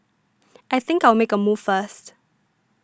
I think I'll make a move first